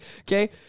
Okay